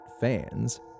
fans